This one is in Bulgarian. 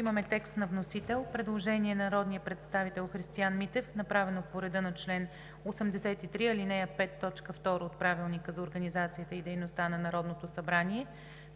– текст на вносител. Има предложение от народния представител Христиан Митев, направено по реда на чл. 83, ал. 5, т. 2 от Правилника за организацията и дейността на Народното събрание.